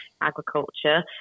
agriculture